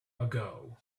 ago